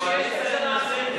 הצעת הוועדה המסדרת